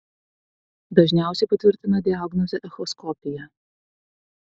dažniausiai patvirtina diagnozę echoskopija